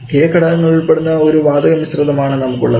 k ഘടകങ്ങൾ ഉൾപ്പെടുന്ന ഒരു വാതക മിശ്രിതം ആണ് നമുക്കുള്ളത്